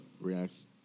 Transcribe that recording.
reacts